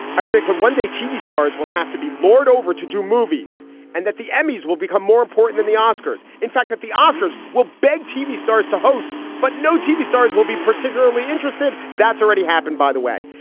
i predict that one day tv stars will have to be lord over to do movies and that the emmys will become more important than the oscars. in fact, that the oscars will beg tv stars to host, but no tv stars will be particularly interested. that's already happened, by the way.